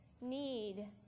need